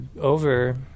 over